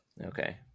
Okay